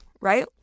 right